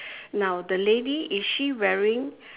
now the lady is she wearing